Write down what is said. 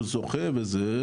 הוא זוכה וזה,